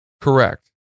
correct